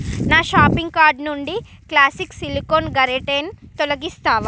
నా shopping cart నుండి classic silicone గరిటెని తొలగిస్తావా